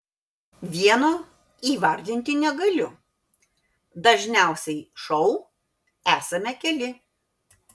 vieno įvardinti negaliu dažniausiai šou esame keli